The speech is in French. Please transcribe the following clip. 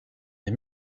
les